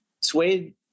Suede